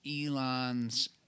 elon's